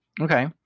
okay